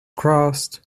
crossed